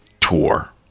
tour